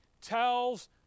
tells